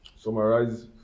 summarize